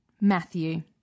Matthew